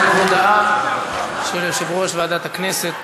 הודעה ליושב-ראש ועדת הכנסת.